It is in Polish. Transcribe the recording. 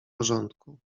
porządku